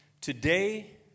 today